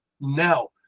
Now